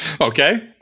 Okay